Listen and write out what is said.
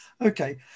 okay